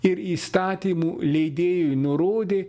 ir įstatymų leidėjui nurodė